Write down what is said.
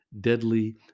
deadly